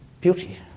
beauty